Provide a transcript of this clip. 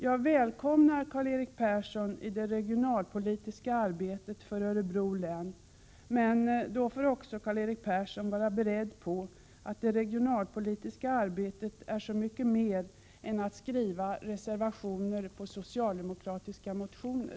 Jag välkomnar Karl-Erik Persson i det regionalpolitiska arbetet för Örebro län, men då får Karl-Erik Persson också vara beredd på att det regionalpolitiska arbetet är mycket mer än att skriva reservationer på socialdemokratiska motioner.